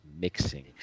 mixing